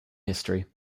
history